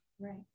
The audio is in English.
Right